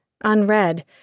unread